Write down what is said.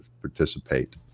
participate